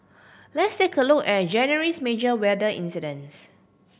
let's take a look at January's major weather incidents